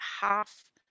half